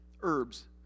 herbs